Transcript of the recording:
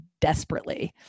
desperately